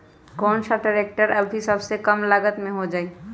कौन सा ट्रैक्टर अभी सबसे कम लागत में हो जाइ?